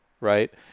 Right